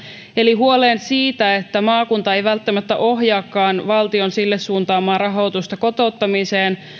eli olen huolissani siitä että maakunta ei välttämättä ohjaakaan valtion sille suuntaamaa rahoitusta kotouttamiseen